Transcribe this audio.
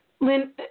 Lynn